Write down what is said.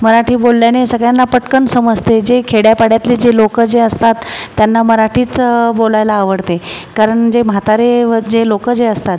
मराठी बोलल्याने सगळ्यांना पटकन समजते जे खेड्यापाड्यातले जे लोक जे असतात त्यांना मराठीच बोलायला आवडते कारण जे म्हातारे व जे लोक जे असतात